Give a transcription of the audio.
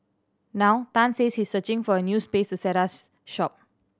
now Tan says he is searching for a new space set us shop